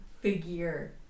Figure